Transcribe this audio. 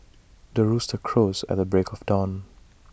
the rooster crows at the break of dawn